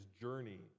journey